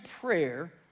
prayer